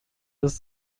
ist